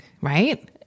right